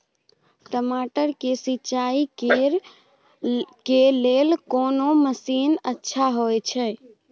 टमाटर के सिंचाई करे के लेल कोन मसीन अच्छा होय है